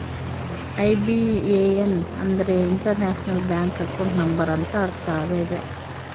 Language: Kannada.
ಐ.ಬಿ.ಎ.ಎನ್ ಅಂದ್ರೆ ಇಂಟರ್ನ್ಯಾಷನಲ್ ಬ್ಯಾಂಕ್ ಅಕೌಂಟ್ ನಂಬರ್ ಅಂತ ಅರ್ಥ ಆಗ್ಯದ